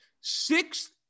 sixth